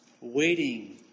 waiting